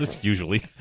Usually